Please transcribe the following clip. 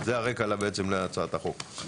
זה הרקע להצעת החוק.